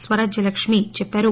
స్వరాజ్యలక్ష్మి చెప్పారు